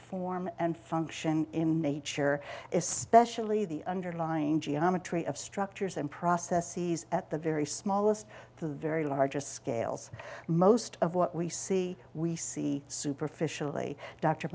form and function in nature especially the underlying geometry of structures and processes at the very smallest the very largest scales most of what we see we see superficially d